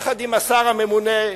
יחד עם השר הממונה,